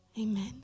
Amen